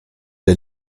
der